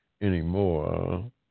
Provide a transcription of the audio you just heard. anymore